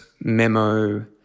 memo